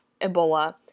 Ebola